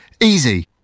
Easy